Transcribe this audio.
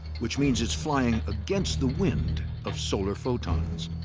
which means it's flying against the wind of solar photons.